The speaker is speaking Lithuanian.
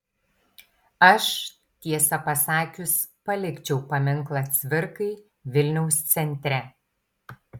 aš tiesą pasakius palikčiau paminklą cvirkai vilniaus centre